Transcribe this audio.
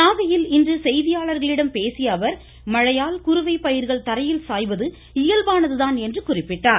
நாகையில் இன்று செய்தியாளர்களிடம் பேசிய அவர் மழையால் குறுவை பயிர்கள் தரையில் சாய்வது இயல்பானதுதான் என்று குறிப்பிட்டார்